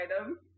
item